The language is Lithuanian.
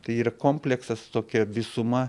tai yra kompleksas tokia visuma